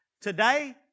Today